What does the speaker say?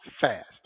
Fast